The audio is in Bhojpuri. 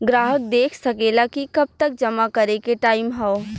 ग्राहक देख सकेला कि कब तक जमा करे के टाइम हौ